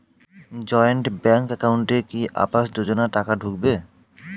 Joint bank একাউন্টে কি আবাস যোজনা টাকা ঢুকবে?